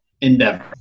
endeavor